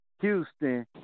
Houston